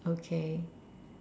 okay